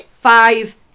five